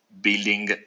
Building